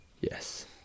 Yes